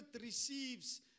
receives